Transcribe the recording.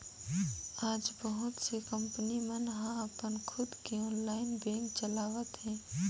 आज बहुत से कंपनी मन ह अपन खुद के ऑनलाईन बेंक चलावत हे